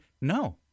no